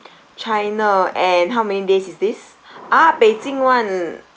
china and how many days is this ah beijing [one]